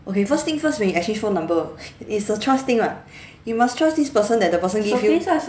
okay first thing first when you exchange phone number is a trust thing what you must trust this person that the person give you